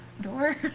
door